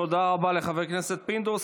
תודה רבה לחבר הכנסת פינדרוס.